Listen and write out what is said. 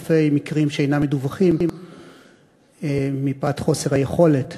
אלפי מקרים שאינם מדווחים מפאת חוסר היכולת